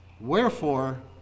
Wherefore